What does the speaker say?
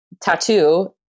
tattoo